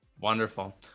Wonderful